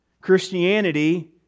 Christianity